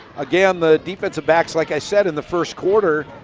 again the defensive backs, like i said in the first quarter,